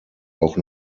auch